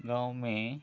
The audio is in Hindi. गाँव में